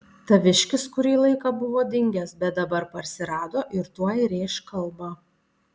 taviškis kurį laiką buvo dingęs bet dabar parsirado ir tuoj rėš kalbą